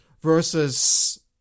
versus